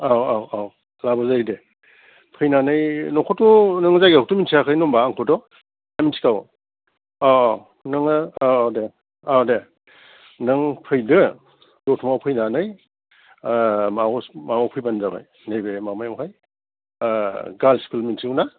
औ औ औ लाबोजायो दे फैनानै न'खौथ' नोङो जायगाखौथ' मोन्थियाखै नङाहोनबा आंखौथ' ना मिथिखागौ नोङो औ औ दे दे नों फैदो दत'मायाव फैनानै माबाखौ माबायाव फैबानो जाबाय नैबे माबायावहाय गार्लस स्कुल मिथिगौ ना